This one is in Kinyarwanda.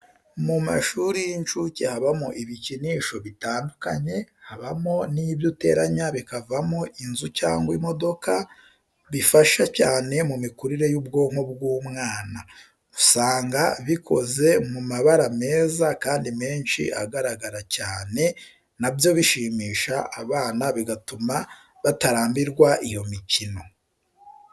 Mu mashuri y'incuke habamo ibikinisho bitandukanye, habamo n'ibyo uteranya bikavamo inzu cyangwa imodoka, bifasha cyane mu mikurire y'ubwonko bw'umwana. Usanga bikoze mu mabara meza kandi menshi agaragara cyane na byo bishimisha abana bigatuma batarambirwa iyo mikino.